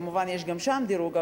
כמובן גם שם יש דירוג,